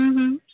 ᱦᱩᱸ ᱦᱩᱸ